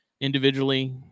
individually